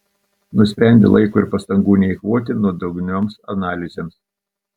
nusprendė laiko ir pastangų neeikvoti nuodugnioms analizėms